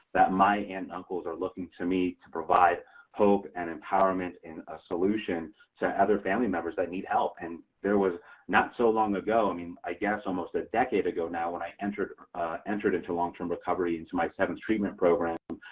that my aunt and uncles are looking to me to provide hope and empowerment in a solution to other family members that need help and there was not so long ago, i mean i guess almost a decade ago now, when i entered entered into long-term recovery, into to my seven treatment program.